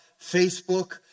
Facebook